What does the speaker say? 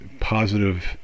positive